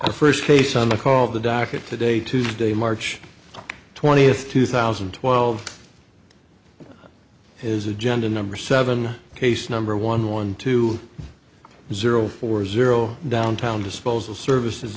the first case on the called the docket today tuesday march twentieth two thousand and twelve his agenda number seven case number one one two zero four zero downtown disposal services